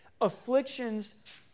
afflictions